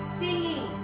singing